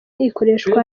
ikoreshwa